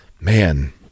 man